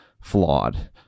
flawed